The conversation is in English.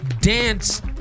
dance